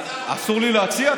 אסור לי להציע?